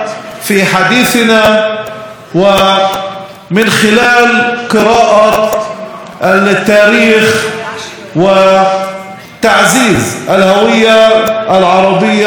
הזאת ולפתח את מעמדה של שפה זו בכל תחום מתחומי חיינו,